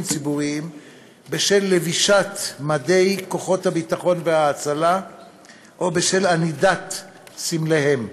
ציבוריים בשל לבישת מדי כוחות הביטחון וההצלה או בשל ענידת סמליהם.